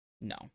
No